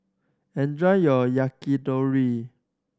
enjoy your Yakitori